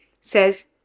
says